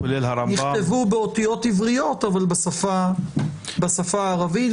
נכתבו באותיות עבריות אבל בשפה הערבית.